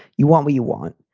you want what you want.